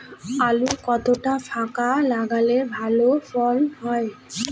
আলু কতটা ফাঁকা লাগে ভালো ফলন হয়?